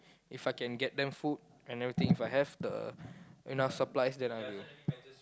If I can get them food and everything If I have the enough supplies then I do